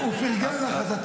הוא פרגן לך.